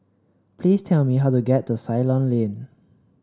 please tell me how to get to Ceylon Lane